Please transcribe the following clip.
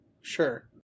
Sure